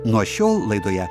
nuo šiol laidoje